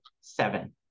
seven